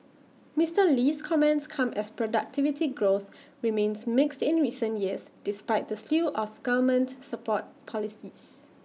Mister Lee's comments come as productivity growth remains mixed in recent years despite the slew of government support policies